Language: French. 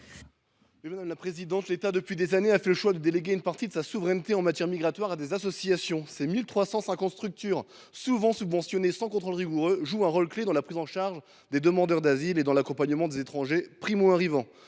L’État a fait le choix, depuis des années, de déléguer une partie de sa souveraineté en matière migratoire à des associations. Ces 1 350 structures, souvent subventionnées sans contrôle rigoureux, jouent un rôle clé dans la prise en charge des demandeurs d’asile et dans l’accompagnement des étrangers primo arrivants.